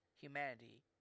humanity